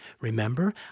Remember